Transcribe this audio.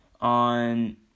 on